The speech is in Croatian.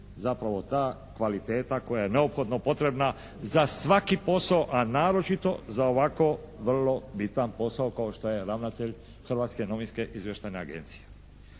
zapravo ta kvaliteta koja je neophodno potrebna za svaki posao a naročito za ovako vrlo bitan posao kao što je ravnatelj Hrvatske novinske izvještajne agencije.